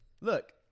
Look